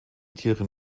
tiere